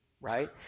right